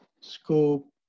Scope